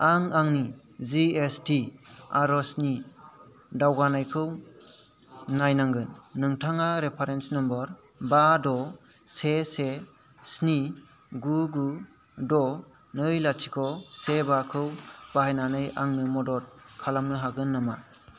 आं आंनि जिएसटि आरजनि दावगानायखौ नायनांगोन नोंथाङा रेफारेन्स नम्बर बा द' से से स्नि गु गु द' नै लाथिख' से बाखौ बाहायनानै आंनो मदद खालामनो हागोन नामा